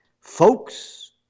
Folks